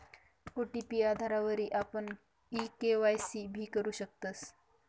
OTP आधारवरी आपण e KYC भी करु शकतस